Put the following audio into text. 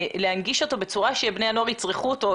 להנגיש אותו בצורה שבני הנוער יצרכו אותו,